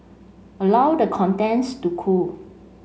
allow the contents to cool